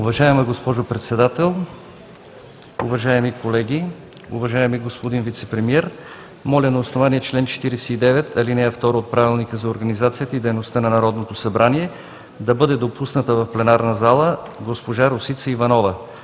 Уважаема госпожо Председател, уважаеми колеги, уважаеми господин Вицепремиер! Моля на основание чл. 49, ал. 2 от Правилника за организацията и дейността на Народното събрание да бъде допусната в пленарна зала госпожа Росица Иванова